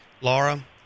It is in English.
Laura